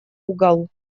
угол